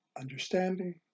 understanding